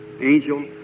angel